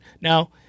Now